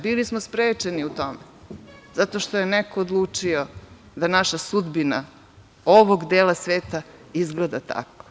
Bili smo sprečeni u tome zato što je neko odlučio da naša sudbina ovog dela sveta izgleda tako.